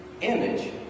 image